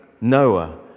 Noah